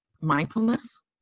mindfulness